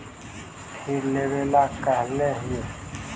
फिर लेवेला कहले हियै?